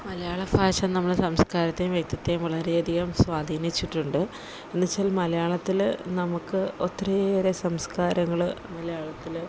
മലയാളഭാഷ നമ്മളുടെ സംസ്കാരത്തെയും വ്യക്തിത്വത്തെയും വളരെയധികം സ്വാധീനിച്ചിട്ടുണ്ട് എന്നുവച്ചാൽ മലയാളത്തില് നമുക്ക് ഒത്തിരിയേറെ സംസ്കാരങ്ങള് മലയാളത്തില്